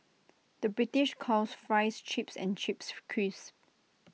the British calls Fries Chips and Chips Crisps